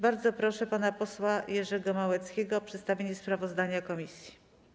Bardzo proszę pana posła Jerzego Małeckiego o przedstawienie sprawozdania komisji.